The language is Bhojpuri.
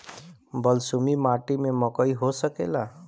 बलसूमी माटी में मकई हो सकेला?